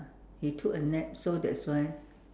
he took a nap so that's why